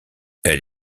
elle